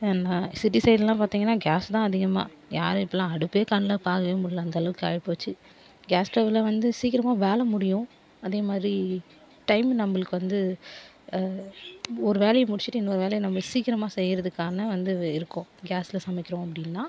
என்னா சிட்டி சைட்லாம் பார்த்திங்கனா கேஸ் தான் அதிகமாக யார் இப்போலாம் அடுப்பே கண்ணுல பார்க்கவே முடியல அந்தளவுக்கு ஆயிப்போச்சு கேஸ் ஸ்டவ்வில் வந்து சீக்கிரமாக வேலை முடியும் அதே மாரி டைம் நம்பளுக்கு வந்து ஒரு வேலையை முடிச்சிவிட்டு இன்னொரு வேலையை நம்ப சீக்கிரமாக செய்யுறதுக்கான வந்து வ் இருக்கும் கேஸில் சமைக்கிறோம் அப்படின்னா